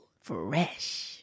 Fresh